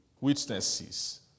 witnesses